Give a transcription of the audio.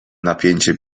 napięcie